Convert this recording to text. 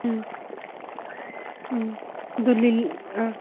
ꯎꯝ ꯎꯝ ꯑꯗꯨ ꯑꯥ